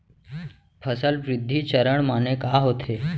फसल वृद्धि चरण माने का होथे?